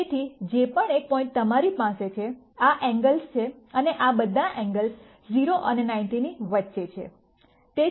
તેથી જે પણ એક પોઈન્ટ તમારી પાસે છે આ એંગલસ છે અને આ બધા એંગલસ 0 અને 90 ની વચ્ચે છે